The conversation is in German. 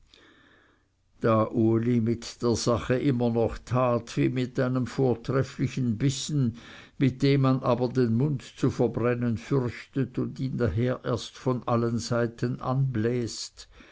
da uli mit der sache immer noch tat wie mit einem vortrefflichen bissen mit dem man aber den mund zu verbrennen fürchtet und ihn daher erst von allen seiten anbläst